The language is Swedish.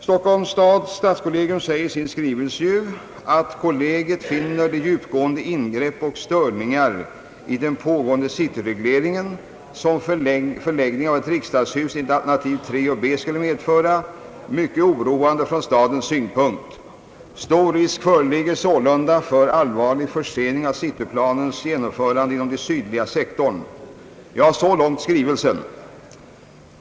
Stadskollegium säger i sin skrivelse: »Kollegiet finner de djupgående ingrepp och störningar i den pågående cityregleringen, som förläggningen av ett riksdagshus enligt alternativen 3 b och 3 c skulle medföra, mycket oroande från stadens synpunkt. Stor risk föreligger sålunda för allvarlig försening av cityplanens genomförande inom den sydliga sektorn.» Så långt skrivelsen.